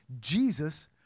Jesus